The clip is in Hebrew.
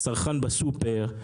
זה הצרכן בסופר,